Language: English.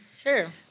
sure